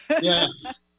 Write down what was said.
Yes